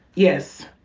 yes.